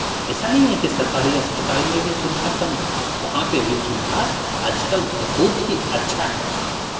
ऐसा नहीं है कि सरकारी अस्पताल में भी सुविधा कम है वहाँ पे भी सुविधा आजकल बहुत ही अच्छा है